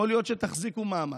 יכול להיות שתחזיקו מעמד,